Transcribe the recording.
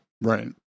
Right